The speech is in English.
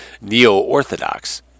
Neo-Orthodox